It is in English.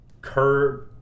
curb